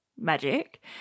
magic